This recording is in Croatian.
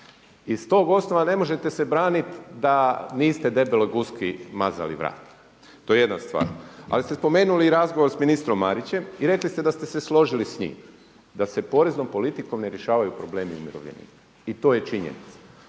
Iz tog osnova ne možete se branit da niste debeloj guski mazali vrat. To je jedna stvar. Ali ste spomenuli i razgovor sa ministrom Marićem i rekli ste da ste se složili s njim, da se poreznom politikom ne rješavaju problemi umirovljenika. I to je činjenica.